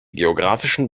geographischen